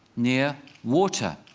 near water.